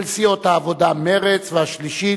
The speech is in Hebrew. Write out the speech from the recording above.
של סיעות העבודה ומרצ, והשלישית,